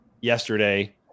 yesterday